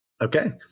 Okay